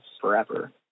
forever